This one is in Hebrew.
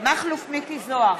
מכלוף מיקי זוהר,